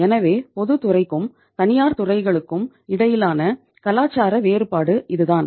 எனவே பொதுத்துக்கும் தனியார் துறைகளுக்கும் இடையிலான கலாச்சார வேறுபாடு இதுதான்